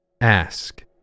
Ask